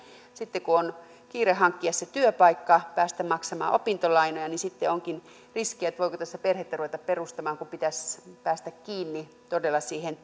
kun on kiire hankkia se työpaikka ja päästä maksamaan opintolainaa niin sitten onkin riski että voiko tässä perhettä ruveta perustamaan kun pitäisi päästä kiinni todella siihen